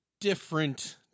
different